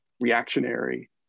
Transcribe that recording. reactionary